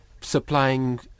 supplying